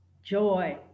Joy